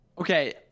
Okay